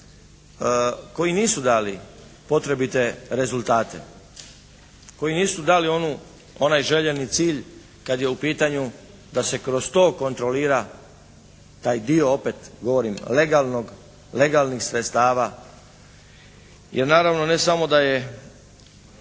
koji nisu dali potrebite rezultate. Koji nisu dali onu, onaj željeni cilj kad je u pitanju da se kroz to kontrolira taj dio, opet govorim legalnog, legalnih sredstava jer naravno ne samo da je